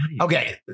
Okay